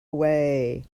away